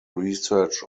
research